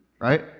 right